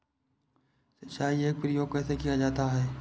सिंचाई का प्रयोग कैसे किया जाता है?